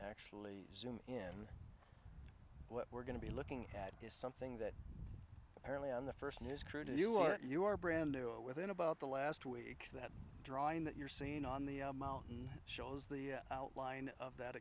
actually zoom in what we're going to be looking at is something that early on the first news crew to you are at your brand new within about the last week that drawing that you're seeing on the mountain shows the outline of that